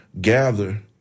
gather